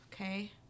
Okay